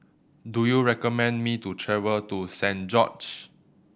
do you recommend me to travel to Saint George's